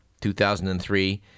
2003